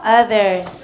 others